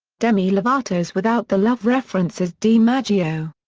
demi lovato's without the love references dimaggio.